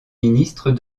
ministres